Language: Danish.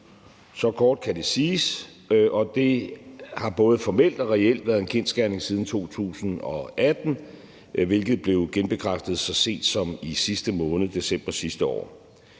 Så kort kan det siges, og det har både formelt og reelt været en kendsgerning siden 2018, hvilket blev genbekræftet så sent som i sidste måned, altså december sidste år.